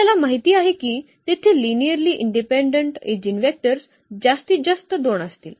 आपल्याला माहित आहे की तेथे लिनिअर्ली इंडिपेंडेंट ईजीनवेक्टर्स जास्तीत जास्त 2 असतील